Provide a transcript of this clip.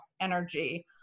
energy